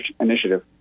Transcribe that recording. initiative